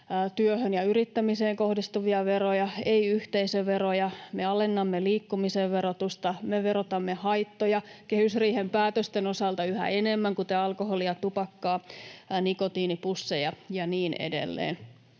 työhön ja yrittämiseen kohdistuvia veroja, ei yhteisöveroja. Me alennamme liikkumisen verotusta, me verotamme haittoja [Eduskunnasta: Bensan hinta nousee!] kehysriihen päätösten osalta yhä enemmän, kuten alkoholia, tupakkaa, nikotiinipusseja ja niin edelleen.